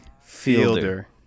fielder